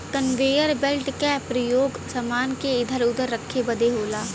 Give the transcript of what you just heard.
conveyor belt क परयोग समान के इधर उधर रखे बदे होला